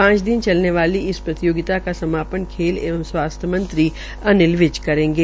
पांच दिन चलने वाली इस प्रतियोगिता का समापन खेल एवं स्वास्थ्य मंत्री अनिल विज करेंगे